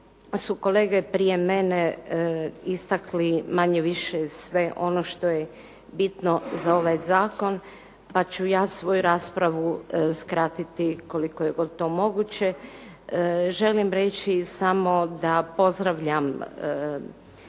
su kolege prije mene istakli manje-više sve ono što je bitno za ovaj zakon pa ću ja svoju raspravu skratiti koliko god je to moguće. Želim reći samo da pozdravljam